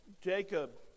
Jacob